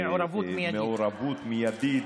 חבר הכנסת מלכיאלי,